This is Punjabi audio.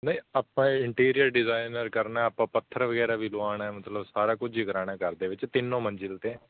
ਨਹੀਂ ਆਪਾਂ ਇਹ ਇੰਟੀਰੀਅਰ ਡਿਜ਼ਾਇਨਰ ਕਰਨਾ ਆਪਾਂ ਪੱਥਰ ਵਗੈਰਾ ਵੀ ਲਵਾਉਣਾ ਮਤਲਬ ਸਾਰਾ ਕੁਝ ਹੀ ਕਰਵਾਉਣਾ ਘਰ ਦੇ ਵਿੱਚ ਤਿੰਨੋ ਮੰਜ਼ਲ 'ਤੇ